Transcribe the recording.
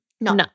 no